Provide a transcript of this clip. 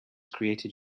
created